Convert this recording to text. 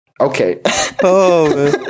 okay